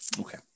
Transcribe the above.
Okay